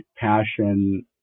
passion